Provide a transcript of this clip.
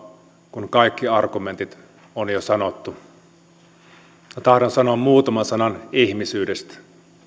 kun kaikki argumentit on jo sanottu tahdon sanoa muutaman sanan ihmisyydestä